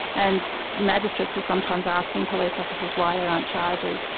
and magistrates are sometimes asking police officers why there aren't charges.